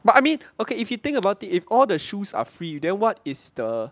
but I mean okay if you think about it if all the shoes are free you then what is the